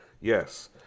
Yes